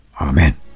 Amen